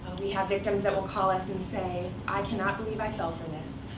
we have victims that will call us and say, i cannot believe i fell for this.